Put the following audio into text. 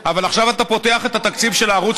אבל עכשיו אתה פותח את התקציב של הערוץ